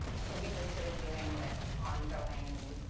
so, we've been, sort of doing this ongoing,